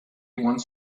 wants